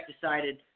decided